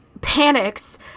panics